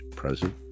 present